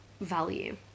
value